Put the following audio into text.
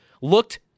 looked